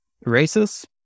races